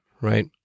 right